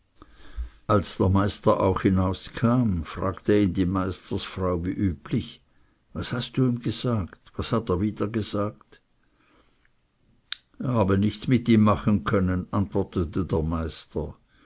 als der meister auch hinauskam fragte ihn die meisterfrau wie üblich was hast du ihm gesagt und was hat er wieder gesagt er habe nichts mit ihm machen können antwortete der meister